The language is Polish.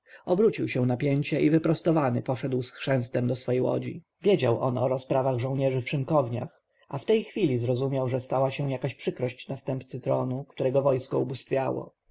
obrócił się na pięcie i wyprostowany poszedł z chrzęstem do swojej łodzi wiedział on o rozprawach żołnierzy w szynkowniach a w tej chwili zrozumiał że stała się jakaś przykrość następcy tronu którego wojsko ubóstwiało